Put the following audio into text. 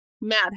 Matt